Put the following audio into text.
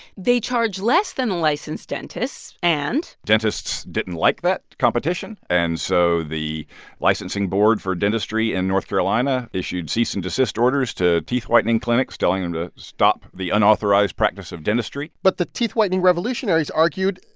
they charge less than a licensed dentist and. dentists didn't like that competition. and so the licensing board for dentistry in north carolina issued cease-and-desist orders to teeth-whitening clinics telling them to stop the unauthorized practice of dentistry but the teeth-whitening revolutionaries argued,